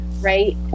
right